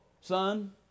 Son